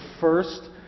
first